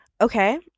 okay